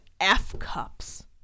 F-cups